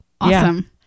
Awesome